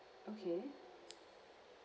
okay